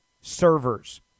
servers